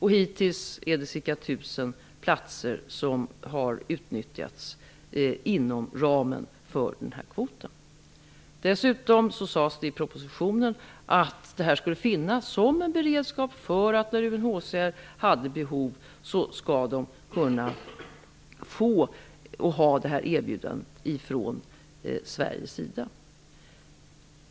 Hittills har ca 1 000 platser utnyttjats inom ramen för kvoten. Dessutom sades det i propositionen att detta erbjudande från Sverige skulle finnas som en beredskap om UNHCR får behov av det.